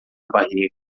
barriga